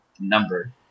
number